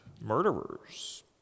murderers